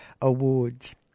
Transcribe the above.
awards